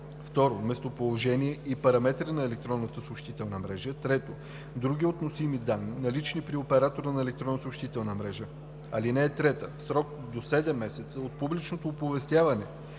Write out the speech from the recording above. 2. местоположение и параметри на електронната съобщителна мрежа; 3. други относими данни, налични при оператора на електронна съобщителна мрежа. (3) В срок до 7 месеца от публичното оповестяване